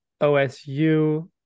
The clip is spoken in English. OSU